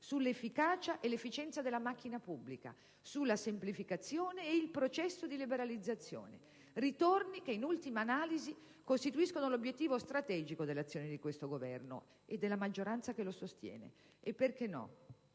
sull'efficacia e l'efficienza della macchina pubblica, sulla semplificazione e sul processo di liberalizzazione. Ritorni che, in ultima analisi, costituiscono l'obiettivo strategico dell'azione di questo Governo e della maggioranza che lo sostiene e - perché no?